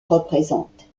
représentent